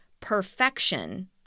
perfection